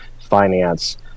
finance